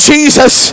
Jesus